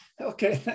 Okay